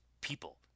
people